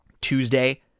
Tuesday